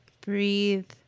Breathe